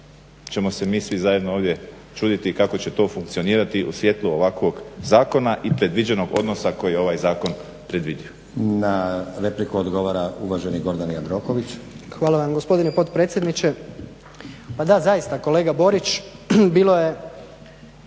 ćemo se mi svi zajedno ovdje čuditi kako će to funkcionirati u svjetlu ovakvog zakona i predviđenog odnosa koji je ovaj zakon predvidio. **Stazić, Nenad (SDP)** Na repliku odgovara uvaženi Gordan Jandroković. **Jandroković, Gordan (HDZ)** Hvala vam gospodine potpredsjedniče. Pa da zaista kolega Borić bilo je